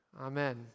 Amen